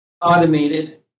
automated